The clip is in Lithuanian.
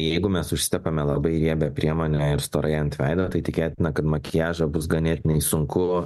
jeigu mes užsitepame labai riebią priemonę ir storai ant veido tai tikėtina kad makiažą bus ganėtinai sunku